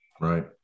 Right